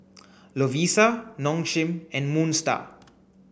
Lovisa Nong Shim and Moon Star